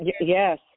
Yes